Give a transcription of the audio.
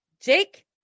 Jake